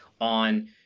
on